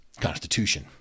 Constitution